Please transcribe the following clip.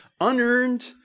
unearned